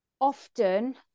Often